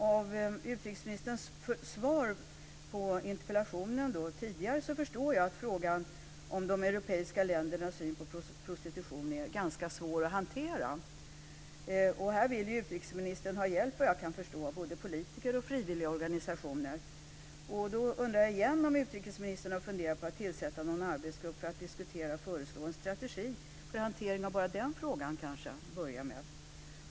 Av utrikesministerns svar på interpellationen förstår jag att frågan om de europeiska ländernas syn på prostitution är ganska svår att hantera. Här vill utrikesministern ha hjälp, såvitt jag kan förstå, av både politiker och frivilligorganisationer. Då undrar jag igen om utrikesministern till att börja med har funderat på att tillsätta en arbetsgrupp som ska diskutera och förslå en strategi för hantering av den frågan.